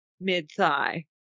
mid-thigh